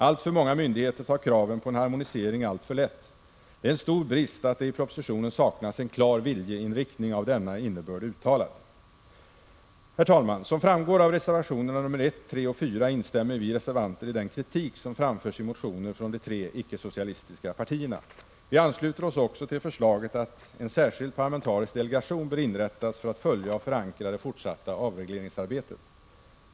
Alltför många myndigheter tar kraven på en harmonisering alltför lätt. Det är en stor brist att det i propositionen saknas en klar viljeinriktning av denna innebörd uttalad. Herr talman! Som framgår av reservationerna nr 1, 3 och 4 instämmer vi reservanter i den kritik som framförts i motioner från de tre icke-socialistiska partierna. Vi ansluter oss också till förslaget att en särskild parlamentarisk delegation bör inrättas för att följa och förankra det fortsatta avregleringsarbetet.